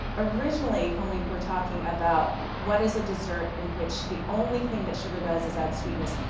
originally when we were talking about what is a desert in which the only thing that sugar does is add sweetness,